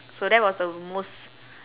so that was the most